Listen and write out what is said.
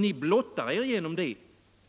Ni blottar er härigenom